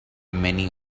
many